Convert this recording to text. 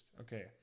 Okay